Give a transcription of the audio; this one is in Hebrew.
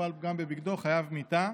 נפל פגם בבגדו, חייב מיתה.